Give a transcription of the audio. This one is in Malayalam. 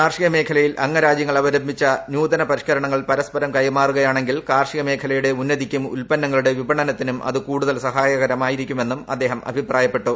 കാർഷിക മേഖലയിൽ അംഗരാജ്യങ്ങൾ അവലംബിച്ച നൂതന പരിഷ്കരണങ്ങൾ പരസ്പരം കൈമാറുകയാണെങ്കിൽ കാർഷിക മേഖലയുടെ ഉന്നതിക്കും ഉൽപ്പന്നങ്ങളുടെ വിപണനത്തിനും അത് കൂടുതൽ സഹായകരമായിരിക്കുമെന്നും അദ്ദേഹം അഭിപ്രായപ്പെട്ടു